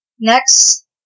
Next